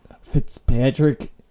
Fitzpatrick